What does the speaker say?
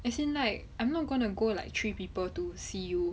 as in like I'm not gonna go like three people to see you